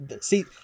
See